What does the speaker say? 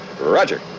Roger